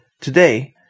Today